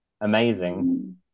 amazing